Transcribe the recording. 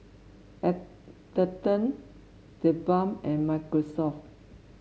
Atherton TheBalm and Microsoft